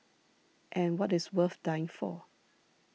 and what is worth dying for